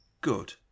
Good